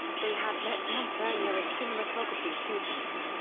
they had met months earlier as cinematography students.